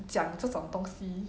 讲这种东西